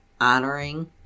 honoring